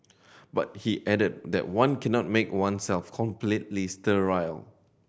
but he added that one cannot make oneself completely sterile